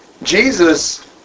Jesus